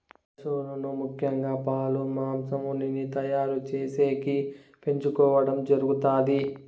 పసువులను ముఖ్యంగా పాలు, మాంసం, ఉన్నిని తయారు చేసేకి పెంచుకోవడం జరుగుతాది